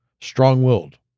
Strong-willed